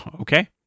Okay